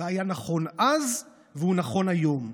והיה נכון אז והוא נכון היום: